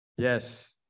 Yes